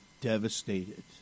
devastated